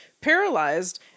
paralyzed